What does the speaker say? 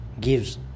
gives